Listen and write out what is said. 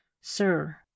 sir